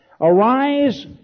arise